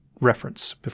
reference